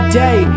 day